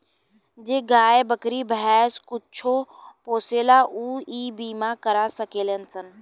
जे गाय, बकरी, भैंस कुछो पोसेला ऊ इ बीमा करा सकेलन सन